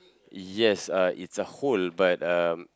yes uh it's a hole but um